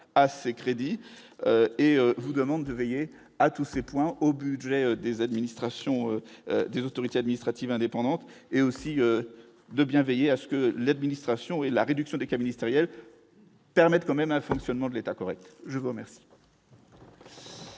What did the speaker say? à ces crédits et vous demande de veiller à tous ses points au budget des administrations des autorités administratives indépendantes et aussi de bien veiller à ce que le ministre Sion et la réduction des cas ministérielles permettent quand même un fonctionnement de l'État correct, je vous remercie.